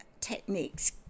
techniques